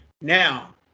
Now